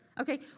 Okay